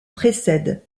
précède